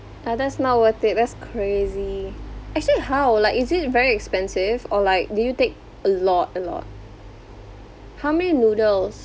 uh that's not worth it that's crazy actually how like is it very expensive or like do you take a lot a lot how many noodles